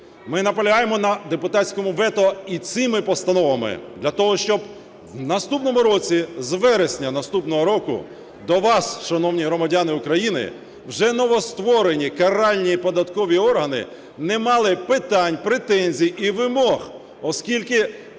Ми наполягаємо на депутатському вето і цими постановами для того, щоб в наступному році, з вересня наступного року, до вас, шановні громадяни України, вже новостворені каральні податкові органи не мали питань, претензій і вимог. Оскільки